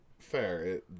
fair